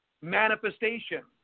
manifestation